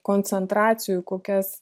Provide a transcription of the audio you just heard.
koncentracijų kokias